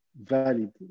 valid